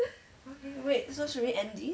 wait so should we end this